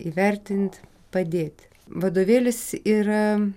įvertint padėt vadovėlis yra